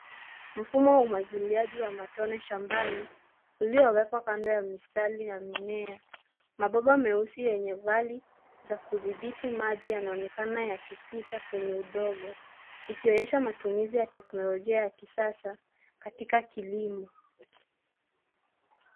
Mfumo wa umwagiliaji wa matone shambani uliowekwa kando ya mistari ya mimea . Mabomba meusi yenye vali za kudhibiti maji yanaonekana yakipita kwenye udongo ikionyesha matumizi ya teknolojia ya kisasa katika kilimo.